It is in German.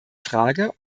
frage